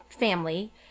family